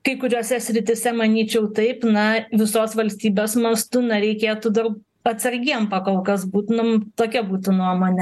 kai kuriose srityse manyčiau taip na visos valstybės mastu na reikėtų daug atsargiem pakol kas būt nm tokia būtų nuomonė